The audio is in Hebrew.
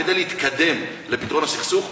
כדי להתקדם לפתרון הסכסוך,